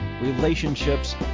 relationships